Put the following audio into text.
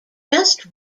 just